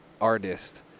artist